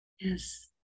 Yes